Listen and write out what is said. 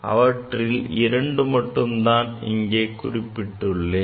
அவற்றில் இரண்டை மட்டும் நான் இங்கே குறிப்பிட்டுள்ளேன்